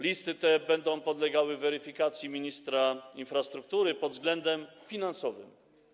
Listy te będą podlegały weryfikacji ministra infrastruktury pod względem finansowym.